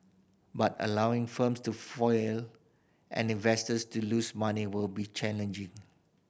but allowing firms to fail and investors to lose money will be challenging